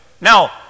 Now